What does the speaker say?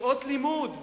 שעות לימוד,